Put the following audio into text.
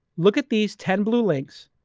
look at these ten blue links,